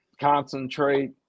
concentrate